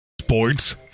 sports